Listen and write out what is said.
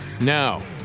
Now